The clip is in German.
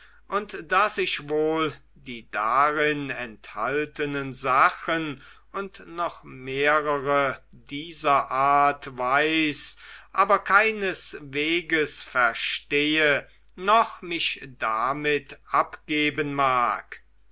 und daß ich wohl die darin enthaltenen sachen und noch mehrere dieser art weiß aber keinesweges verstehe noch mich damit abgeben mag